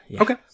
okay